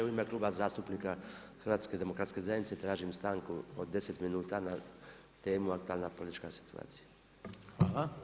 U ime Kluba zastupnika HDZ-a tražim stanku od 10 minuta na temu aktualne političke situacije.